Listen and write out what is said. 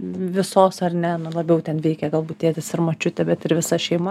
visos ar ne labiau ten veikė galbūt tėtis ir močiutė bet ir visa šeima